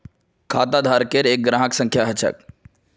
खाताधारकेर एक ग्राहक संख्या ह छ